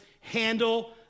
handle